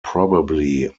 probably